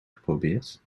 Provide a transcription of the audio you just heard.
geprobeerd